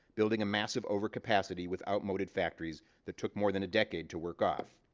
building a massive overcapacity with outmoded factories that took more than a decade to work off.